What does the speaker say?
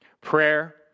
prayer